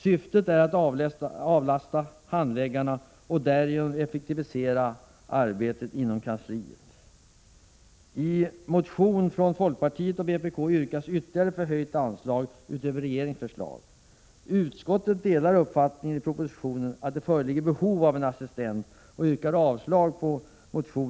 Syftet är att avlasta handläggarna och därigenom effektivisera arbetet inom kansliet. I motioner från folkpartiet och vpk yrkas ytterligare förhöjt anslag utöver regeringens förslag.